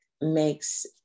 makes